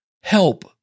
help